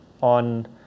on